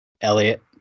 Elliot